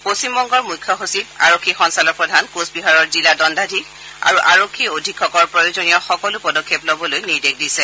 পশ্চিমবংগৰ মুখ্য সচিব আৰক্ষী সঞ্চালক প্ৰধান কোচবিহাৰৰ জিলা দণ্ডাধীশ আৰু আৰক্ষী অধীক্ষকক প্ৰয়োজনীয় সকলো পদক্ষেপ লবলৈ নিৰ্দেশ দিছে